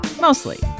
Mostly